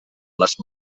les